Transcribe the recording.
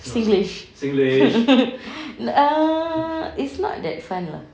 singlish err it's not that fun lah